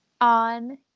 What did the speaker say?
on